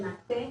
למעשה,